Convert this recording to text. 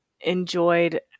Enjoyed